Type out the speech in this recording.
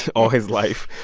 all his life,